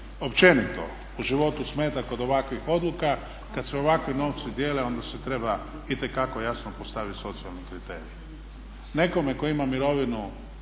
općenito u životu smeta kod ovakvih odluka kad se ovakvi novci dijele onda se treba itekako jasno postaviti socijalni kriterij. Nekome tko ima mirovinu